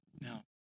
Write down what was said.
Now